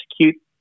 execute